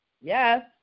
Yes